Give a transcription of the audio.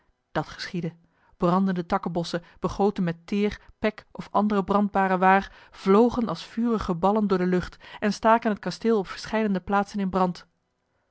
dat geschiedde brandende takkenbossen begoten met teer pek of andere brandbare waar vlogen als vurige ballen door de lucht en staken het kasteel op verscheidene plaatsen in brand